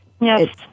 Yes